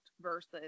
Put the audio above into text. versus